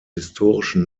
historischen